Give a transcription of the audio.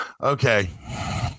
Okay